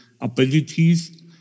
abilities